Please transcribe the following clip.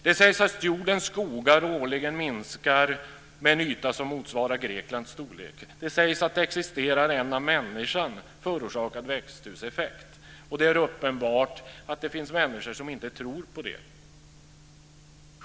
Det sägs att jordens skogar årligen minskar med en yta som motsvarar Greklands storlek. Det sägs att det existerar en av människan förorsakad växthuseffekt, och det är uppenbart att det finns människor som inte tror på det.